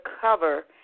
cover